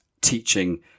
teaching